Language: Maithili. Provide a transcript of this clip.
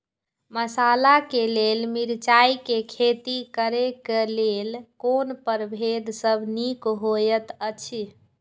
मसाला के लेल मिरचाई के खेती करे क लेल कोन परभेद सब निक होयत अछि?